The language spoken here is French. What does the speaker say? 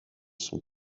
son